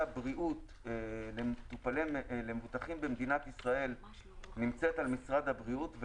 הבריאות למבוטחים במדינת ישראל נמצאת על משרד הבריאות.